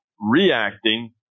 reacting